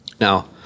now